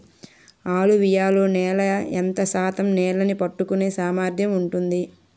అలువియలు నేల ఎంత శాతం నీళ్ళని పట్టుకొనే సామర్థ్యం ఉంటుంది?